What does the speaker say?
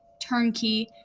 turnkey